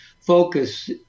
focus